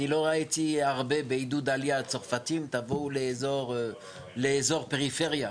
לא ראיתי הרבה עידוד עלייה של צרפתים לבוא לאיזור הפריפריה.